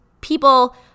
people